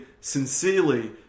sincerely